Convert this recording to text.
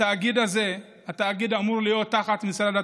בתאגיד הזה, התאגיד אמור להיות תחת משרד התרבות,